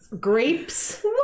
Grapes